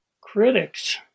Critics